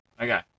Okay